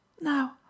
Now